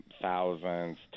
thousands